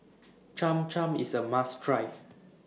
Cham Cham IS A must Try